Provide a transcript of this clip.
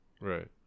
Right